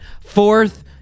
Fourth